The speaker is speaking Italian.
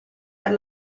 per